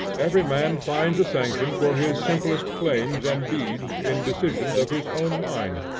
every man finds a sanction for his simplest claims and deeds in decisions of his own mind,